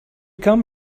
come